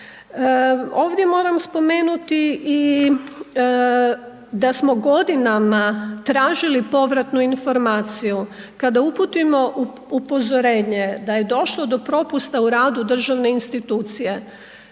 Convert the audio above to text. Ovdje moram spomenuti i da smo godinama tražili povratnu informaciju kada uputimo upozorenje da je došlo do propusta u radu državne institucije,